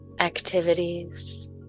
activities